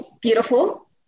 beautiful